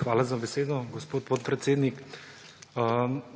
Hvala za besedo, gospod podpredsednik.